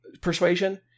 persuasion